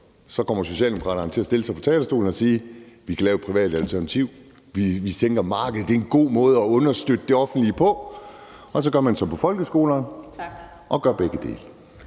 om ikke Socialdemokraterne kommer til at stille sig op på talerstolen og sige: Vi kan lave et privat alternativ; vi tænker, at markedet er en god måde at understøtte det offentlige på. Og så gør man ligesom med folkeskolerne og gør begge dele.